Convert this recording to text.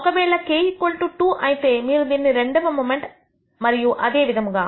ఒకవేళ k2 అయితే మీరు దీనిని రెండవ మొమెంట్ మరియు అదే విధముగా